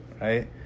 right